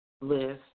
list